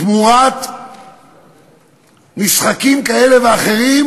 תמורת משחקים כאלה ואחרים